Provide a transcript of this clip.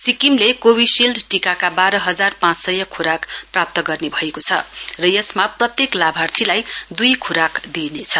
सिक्किमले कोविशील्ड टीकाका बाह्र हजार पाँच सय खोराक प्राप्त गर्नेभएको छ र यसमा प्रत्येक लाभार्थीलाई दुई खोराक दिइनेछ